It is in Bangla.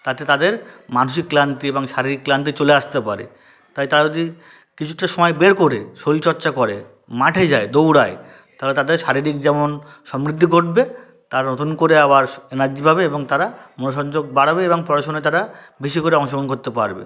তাতে তাদের মানসিক ক্লান্তি এবং শারীরিক ক্লান্তি চলে আসতে পারে তাই তারা যদি কিছুটা সময় বের করে শরীর চর্চা করে মাঠে যায় দৌড়ায় তারা তাদের শারীরিক যেমন সমৃদ্ধি ঘটবে তারা নতুন করে সো আবার এনার্জি পাবে এবং তারা মনসংযোগ বাড়াবে এবং পড়াশুনায় তারা বেশি করে অংশগোহণ করতে পারবে